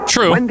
True